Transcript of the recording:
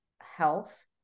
health